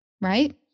right